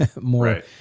more